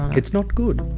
it's not good.